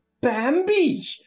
bambi